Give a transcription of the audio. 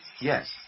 yes